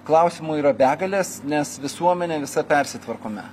klausimų yra begalės nes visuomenė visa persitvarkome